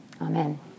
Amen